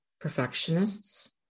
perfectionists